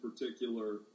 particular